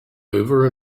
over